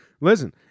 listen